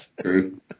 true